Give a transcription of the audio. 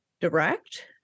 direct